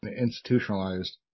institutionalized